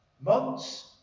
months